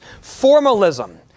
formalism